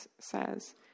says